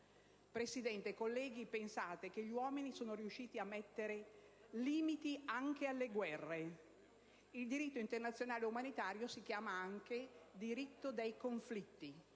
Presidente, onorevoli colleghi, pensate che gli uomini sono riusciti a mettere limiti anche alle guerre. Il diritto internazionale umanitario si chiama anche diritto dei conflitti;